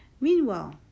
meanwhile